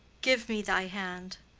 give me thy hand.